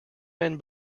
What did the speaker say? men